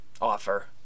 offer